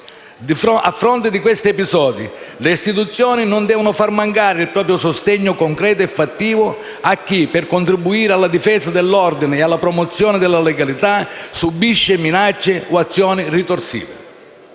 A fronte di questi episodi, le istituzioni non devono far mancare il proprio sostegno concreto e fattivo a chi, per contribuire alla difesa dell'ordine e alla promozione della legalità, subisce minacce o azioni ritorsive.